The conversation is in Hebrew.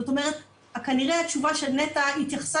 זאת אומרת כנראה התשובה של נת"ע התייחסה